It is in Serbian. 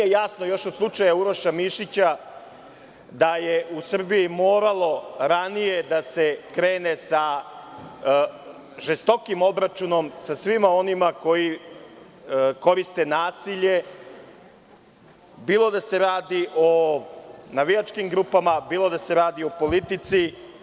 Jasno mi je još od slučaja Uroša Mišića da je u Srbiji moralo ranije da se krene sa žestokim obračunom sa svima onima koji koriste nasilje, bilo da se radi o navijačkim grupama, bilo da se radi o politici.